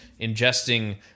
ingesting